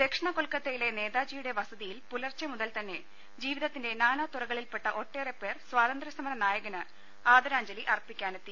ദക്ഷിണ കൊൽക്കത്തിയിലെ നേതാജിയുടെ വസതിയിൽ പുലർച്ചെ മുതൽ തന്നെ ജീവിതത്തിന്റെ നാനതുറകളിൽപ്പെട്ട ഒട്ടേറെപ്പേർ സ്വാതന്ത്യ സമര നായകന് ആദരാജ്ഞലി അർപ്പിക്കാനെത്തി